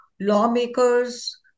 lawmakers